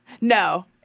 no